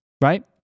Right